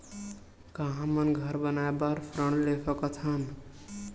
का हमन घर बनाए बार ऋण ले सकत हन?